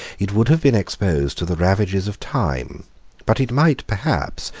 it would have been exposed to the ravages of time but it might, perhaps,